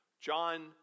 John